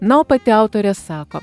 na o pati autorė sako